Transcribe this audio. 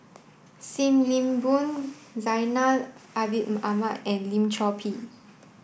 Sim Nee Boon Zainal Ahmad and Lim Chor Pee